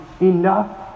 enough